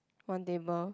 one table